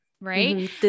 right